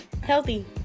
healthy